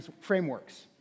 Frameworks